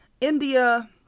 India